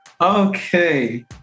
Okay